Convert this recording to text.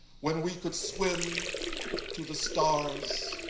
when we could swim to the stars.